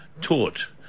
taught